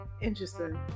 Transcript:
Interesting